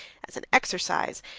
as an exercise,